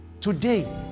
today